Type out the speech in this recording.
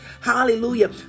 Hallelujah